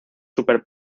super